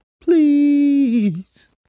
please